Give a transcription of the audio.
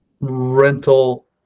rental